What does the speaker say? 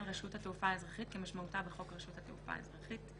רשות התעופה האזרחית כמשמעותה בחוק רשות התעופה האזרחית,